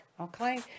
Okay